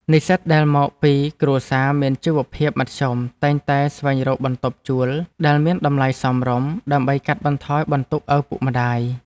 និស្សិតដែលមកពីគ្រួសារមានជីវភាពមធ្យមតែងតែស្វែងរកបន្ទប់ជួលដែលមានតម្លៃសមរម្យ ដើម្បីកាត់បន្ថយបន្ទុកឪពុកម្តាយ។